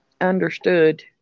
understood